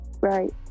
right